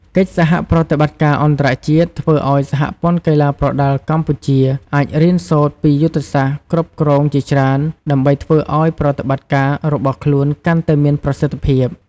កិច្ចសហប្រតិបត្តិការអន្តរជាតិ ធ្វើឲ្យសហព័ន្ធកីឡាប្រដាល់កម្ពុជា អាចរៀនសូត្រពីយុទ្ធសាស្ត្រគ្រប់គ្រងជាច្រើន ដើម្បីធ្វើឲ្យប្រតិបត្តិការរបស់ខ្លួនកាន់តែមានប្រសិទ្ធភាព។